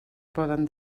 poden